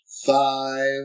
five